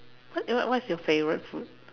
what your what is your favourite food